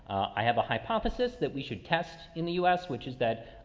i have a hypothesis that we should test in the us, which is that,